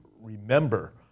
remember